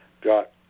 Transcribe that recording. got